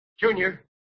Junior